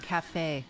Cafe